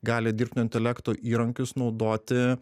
gali dirbtinio intelekto įrankius naudoti